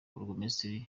burugumesitiri